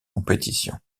compétition